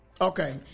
Okay